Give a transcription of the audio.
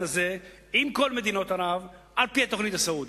הזה עם כל מדינות ערב על-פי התוכנית הסעודית.